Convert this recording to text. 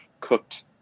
cooked